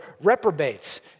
reprobates